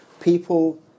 people